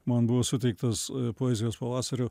man buvo suteiktas poezijos pavasario